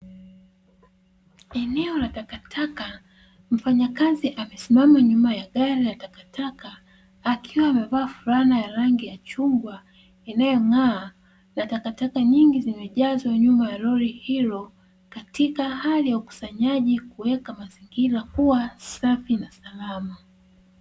Eneo la takataka mfanyakazi amesimama nyuma ya gari la takataka akiwa amevaa flana ya rangi ya chungwa inayong'aa, na takataka nyingi zimejazwa nyuma ya lori hilo katika hali ya ukusanyaji kuweka mazingira kuwa safi na salama.